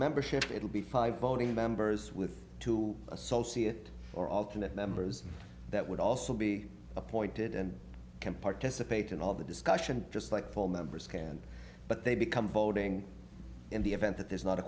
as membership it would be five voting members with two associate or alternate members that would also be appointed and can participate in all the discussion just like full members can but they become voting in the event that there's not a